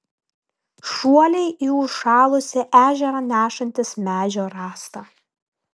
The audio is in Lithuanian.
šuoliai į užšalusį ežerą nešantis medžio rąstą